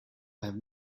have